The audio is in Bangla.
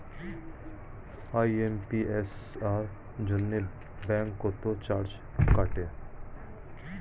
আই.এম.পি.এস এর জন্য ব্যাংক কত চার্জ কাটে?